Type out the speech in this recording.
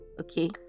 Okay